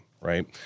right